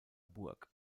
burg